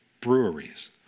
breweries